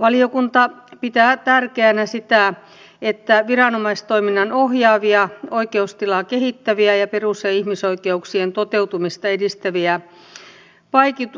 valiokunta pitää tärkeänä sitä että viranomaistoiminnan ohjaavia oikeustilaa kehittäviä ja perus ja ihmisoikeuksien toteutumista edistäviä